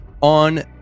on